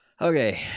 Okay